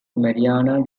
marianna